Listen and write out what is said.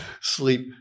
Sleep